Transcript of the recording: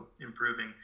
improving